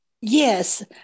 yes